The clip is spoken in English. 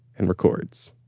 and records.